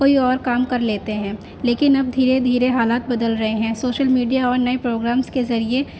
کوئی اور کام کر لیتے ہیں لیکن اب دھیرے دھیرے حالات بدل رہے ہیں سوشل میڈیا اور نئے پروگرامس کے ذریعے